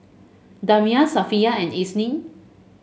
Damia Safiya and Isnin